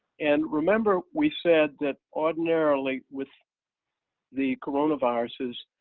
and remember we said that ordinarily with the coronaviruses,